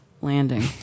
landing